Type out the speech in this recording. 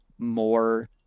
more